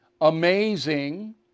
Amazing